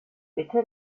bitte